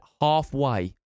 halfway